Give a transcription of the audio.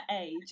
age